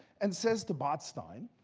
and says to botstein,